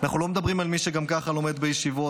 אנחנו לא מדברים על מי שגם ככה לומד בישיבות,